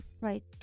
Right